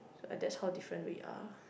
so that's how different we are